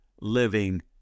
living